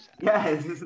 Yes